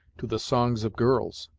to the songs of girls,